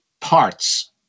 parts